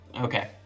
Okay